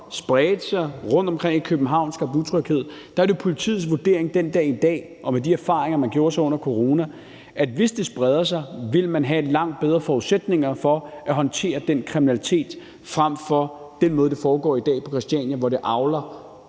spredte sig rundt omkring i København og skabte utryghed, så er det jo politiets vurdering den dag i dag med de erfaringer, man gjorde sig under coronaen, at hvis det spreder sig, vil man have langt bedre forudsætninger for at håndtere den kriminalitet til forskel fra den måde, det foregår på i dag på Christiania, hvor det avler